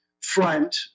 front